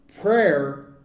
prayer